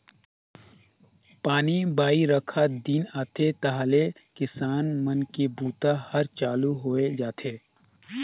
पानी बाईरखा दिन आथे तहाँले किसान मन के बूता हर चालू होए जाथे